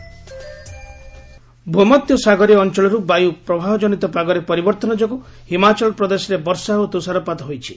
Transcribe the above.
HP weather ଭୂମଧ୍ୟ ସାଗରୀୟ ଅଞ୍ଚଳରୁ ବାୟୁ ପ୍ରବାହଜନିତ ପାଗରେ ପରିବର୍ତ୍ତନ ଯୋଗୁଁ ହିମାଚଳ ପ୍ରଦେଶରେ ବର୍ଷା ଓ ତୁଷାରପାତ ହୋଇଛି